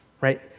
Right